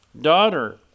daughter